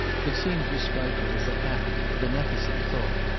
it seemed to strike her as a happy, a beneficent thought.